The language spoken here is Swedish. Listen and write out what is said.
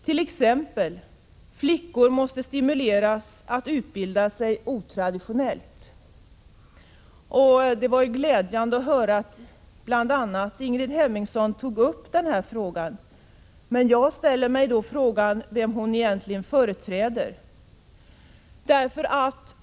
T. ex.: För det första måste flickor stimuleras att utbilda sig otraditionellt. Det var glädjande att höra att bl.a. Ingrid Hemmingsson tog upp den här frågan. Men jag ställer mig då frågan vem hon egentligen företräder.